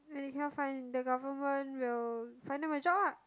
you cannot find the government will find them a job ah